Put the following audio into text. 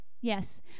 Yes